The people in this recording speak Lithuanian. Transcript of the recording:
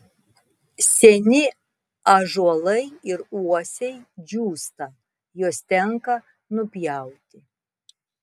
seni ąžuolai ir uosiai džiūsta juos tenka nupjauti